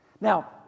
Now